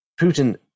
Putin